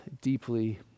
deeply